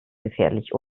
gefährlich